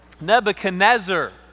nebuchadnezzar